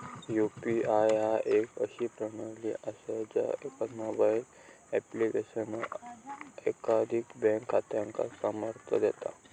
UPI ह्या एक अशी प्रणाली असा ज्या एकाच मोबाईल ऍप्लिकेशनात एकाधिक बँक खात्यांका सामर्थ्य देता